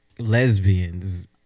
lesbians